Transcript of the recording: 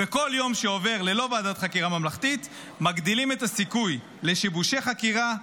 בכל יום שעובר ללא ועדת חקירה ממלכתית מגדילים את הסיכוי לשיבושי חקירה,